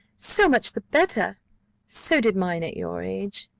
so much the better so did mine at your age.